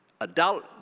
Adult